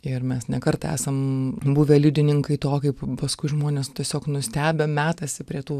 ir mes ne kartą esam buvę liudininkai to kaip paskui žmonės tiesiog nustebę metasi prie tų